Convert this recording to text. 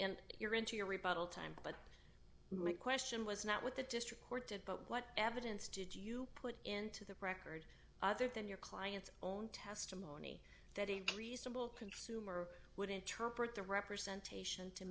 and you're into your rebuttal time but my question was not what the district court did but what evidence did you put into the record other than your client's own testimony that a reasonable consumer would interpret the representation to